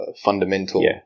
fundamental